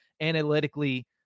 analytically